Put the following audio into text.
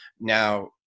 Now